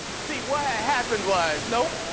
see what had happened was. nope.